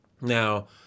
Now